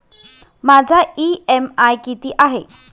माझा इ.एम.आय किती आहे?